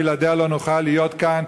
בלעדיה לא נוכל להיות כאן,